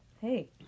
hey